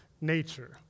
nature